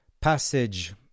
passage